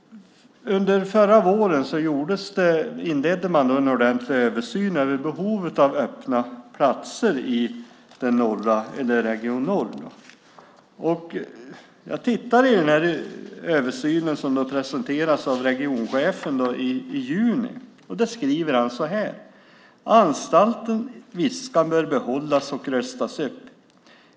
Under förra våren inledde man en ordentlig översyn av behovet av öppna platser i Region Nord. Jag tittade på den översyn som presenterades av regionchefen i juni. Där skriver han så här: Anstalten Viskan bör behållas och rustas upp.